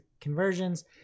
conversions